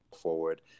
forward